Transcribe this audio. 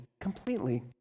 completely